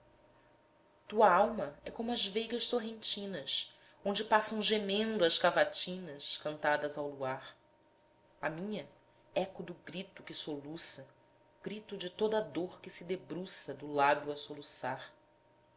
alma é como as veigas sorrentinas onde passam gemendo as cavatinas cantadas ao luar a minha eco do grito que soluça grito de toda dor que se debruça do lábio a soluçar